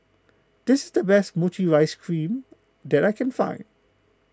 this is the best Mochi Ice Cream that I can find